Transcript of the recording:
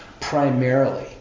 primarily